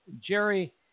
Jerry